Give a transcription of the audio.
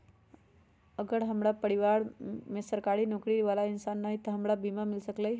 अगर हमरा परिवार में कोई सरकारी नौकरी बाला इंसान हई त हमरा सरकारी बीमा मिल सकलई ह?